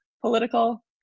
political